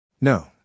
No